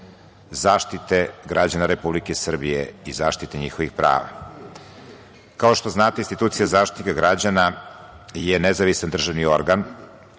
zaštite građana Republike Srbije i zaštite njihovih prava. Kao što znate institucija Zaštitnika građana je nezavisan državni organ